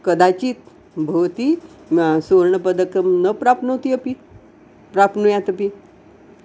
कदाचित् भवति न सुवर्णपदकं न प्राप्नोति अपि प्राप्नुयादपि